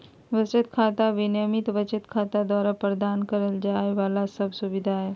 बचत खाता, नियमित बचत खाता द्वारा प्रदान करल जाइ वाला सब सुविधा हइ